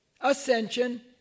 ascension